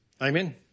Amen